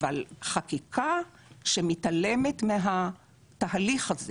אבל חקיקה שמתעלמת מהתהליך הזה